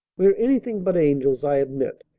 we're anything but angels, i admit,